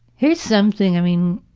here is something, i mean,